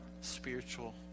spiritual